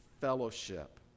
fellowship